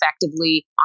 effectively